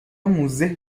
موزه